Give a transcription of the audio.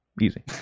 Easy